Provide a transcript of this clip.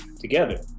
together